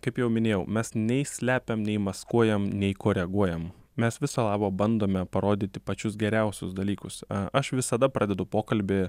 kaip jau minėjau mes nei slepiam nei maskuojam nei koreguojam mes viso labo bandome parodyti pačius geriausius dalykus a aš visada pradedu pokalbį